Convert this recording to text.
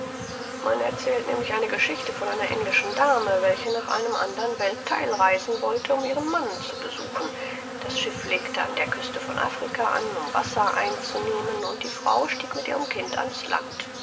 man erzählt nämlich eine geschichte von einer englischen dame welche nach einem andern welttheil reisen wollte um ihren mann zu besuchen das schiff legte an der küste von afrika an um wasser einzunehmen und die frau stieg mit ihrem kind an's land